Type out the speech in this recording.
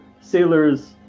sailor's